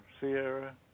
Sierra